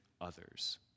others